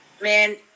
man